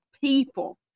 people